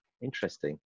Interesting